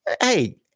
hey